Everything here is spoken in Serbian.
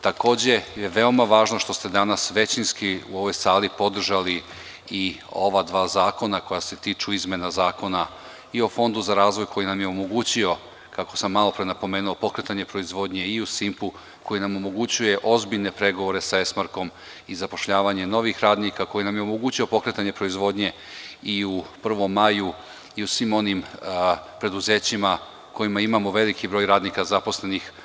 Takođe je veoma važni što ste danas većinski u ovoj sali podržali i ova dva zakona koja se tiču izmena zakona i o Fondu za razvoj koji nam je omogućio, kako sam malopre napomenuo, pokretanje proizvodnje i u „Simpu“ koji nam omogućuje ozbiljne pregovore sa „Esmarkom“ i zapošljavanje novih radnika, koji nam je omogućio pokretanje proizvodnje i u „Prvom maju“ i u svim preduzećima u kojima imamo veliki broj radnika zaposlenih.